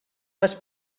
les